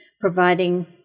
providing